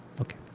Okay